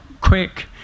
quick